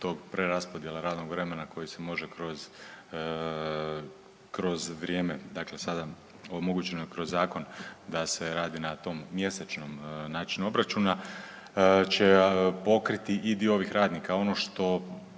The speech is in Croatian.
tog preraspodjela radnog vremena koji se može kroz vrijeme dakle sada omogućeno je kroz zakon da se radi na tom mjesečnom načinu obračuna će pokriti i dio ovih radnika. Ono što